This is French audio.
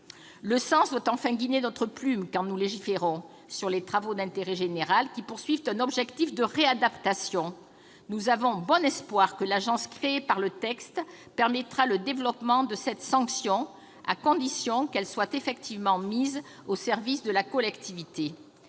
Le sens doit enfin guider notre plume quand nous légiférons sur les travaux d'intérêt général menés à des fins de réadaptation : nous avons bon espoir que l'agence créée par le texte permette le développement de cette sanction, à condition qu'elle soit effectivement mise au service de la collectivité.